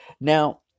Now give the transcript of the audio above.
Now